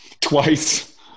twice